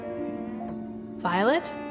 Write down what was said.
Violet